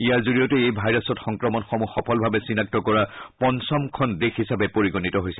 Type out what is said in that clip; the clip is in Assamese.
ইয়াৰ জৰিয়তে ভাৰত এই ভাইৰাছৰ সংক্ৰমণসমূহ সফলভাৱে চিনাক্ত কৰা পঞ্চমখন দেশ হিচাপে পৰিগণিত হৈছে